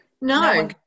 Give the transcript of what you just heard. No